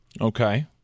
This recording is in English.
okay